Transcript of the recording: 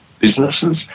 businesses